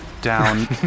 down